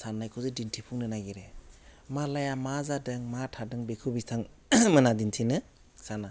साननायखौ जे दिन्थिफुंनो नागिरो मालाया मा जादों मा थादों बेखौ बिथां मोना दिन्थिनो साना